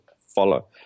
follow